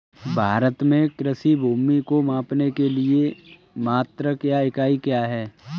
भारत में कृषि भूमि को मापने के लिए मात्रक या इकाई क्या है?